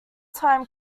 time